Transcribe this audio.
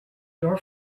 your